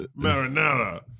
Marinara